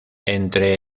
entre